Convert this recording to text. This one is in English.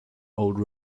old